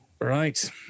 Right